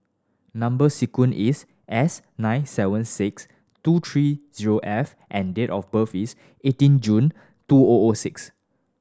number sequence is S nine seven six two three zero F and date of birth is eighteen June two O O six